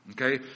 Okay